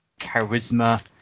charisma